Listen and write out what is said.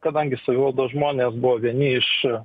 kadangi savivaldos žmonės buvo vieni iš